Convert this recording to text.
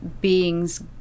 beings